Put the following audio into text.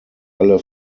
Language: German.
alle